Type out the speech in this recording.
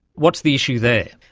what's the issue there?